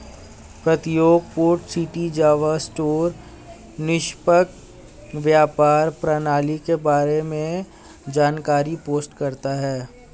प्रत्येक port city Java store निष्पक्ष व्यापार प्रणाली के बारे में जानकारी पोस्ट करता है